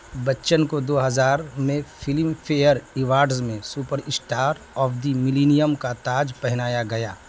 بچن کو دو ہزار میں فلم فیئر ایوارڈز میں superstar of the millennium کا تاج پہنایا گیا